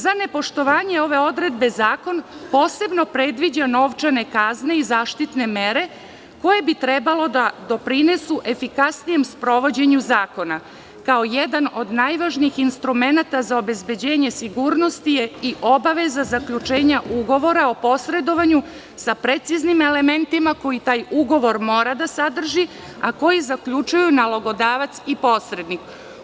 Za nepoštovanje ove odredbe zakon posebno predviđa novčane kazne i zaštitne mere koje bi trebalo da doprinesu efikasnijem sprovođenju zakona, kao jedan od najvažnijih instrumenata za obezbeđenje sigurnosti je i obaveza zaključenja ugovora o posredovanju sa preciznim elementima koji taj ugovor mora da sadrži, a koji zaključuju nalogodavac i posrednik.